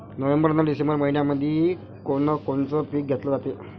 November अन December मइन्यामंधी कोण कोनचं पीक घेतलं जाते?